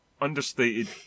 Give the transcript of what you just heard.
understated